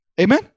Amen